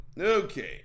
Okay